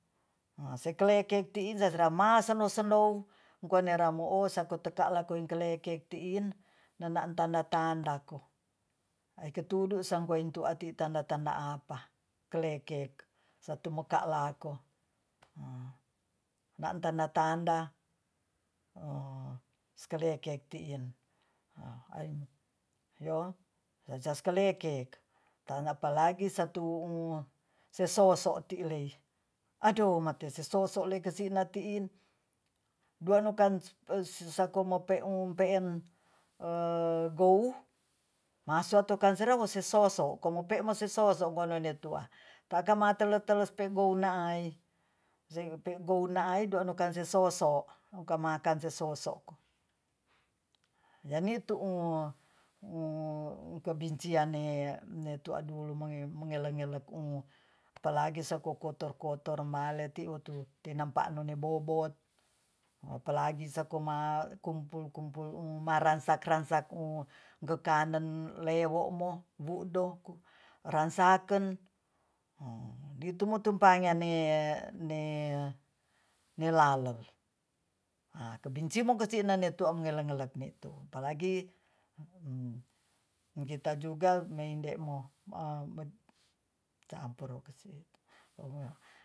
Sekelek tiizaz nama sendow-sendow guenamo ruu sakoteka langkoe kelekek tiin na a tanda-tanda ko ai ketudu sampoin tuati tanda-tanda apah klekek satu moka lako nda tanda-tanda sklekek tiin jajaz klekek tanyapalagi satu sesoso ti'lei adoh mate sesosole kesina tiin dua no kan sakowmopeu peen gou maso tukan sera mosesoso komope mosesoso kwanenotua taakanmatelo-telo speugonaai zepugonaai donokasesoso wukamakansesoso jaditu kebencianne tuadulu mengele-ngele apalagi sesokotor-kotor maleti wutu tenanpa'neno bobot apalagi sakuma kumpul-kumpul marangsak-rangsak u gekanen lewomo bu'do rangsaken ditumo tumpangen ne-nelalo a kebencimo kesinane tungele-ngele apalagi kita juga mendemo campur